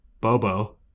Bobo